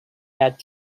that